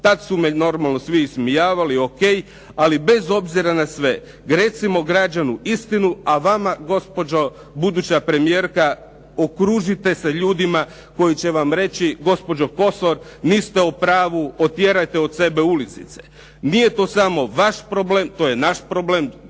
Tad su me normalno svi ismijavali. O.k. Ali bez obzira na sve recimo građanu istinu, a vama gospođo buduća premijerka okružite se ljudima koji će vam reći gospođo Kosor niste u pravu, otjerajte od sebe ulizice. Nije to samo vaš problem, to je naš problem,